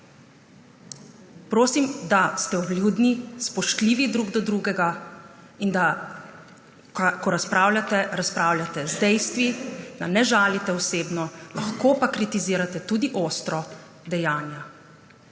Prosim, da ste vljudni, spoštljivi drug do drugega, in ko razpravljate, da razpravljate z dejstvi, da ne žalite osebno, lahko pa kritizirate, tudi ostro, dejanja.